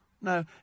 no